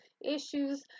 issues